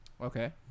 Okay